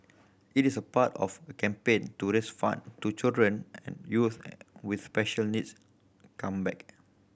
it is part of campaign to raise fund to children and youth with special needs come back